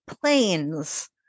planes